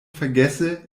vergesse